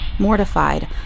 Mortified